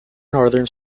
northern